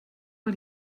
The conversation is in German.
mal